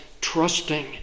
trusting